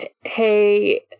hey